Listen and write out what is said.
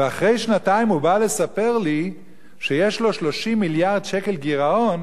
ואחרי שנתיים הוא בא לספר לי שיש לו 30 מיליארד שקל גירעון,